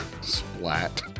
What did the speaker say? Splat